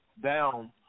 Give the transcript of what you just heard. down